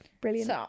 Brilliant